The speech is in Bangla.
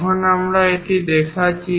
যখন আমরা এটি দেখাচ্ছি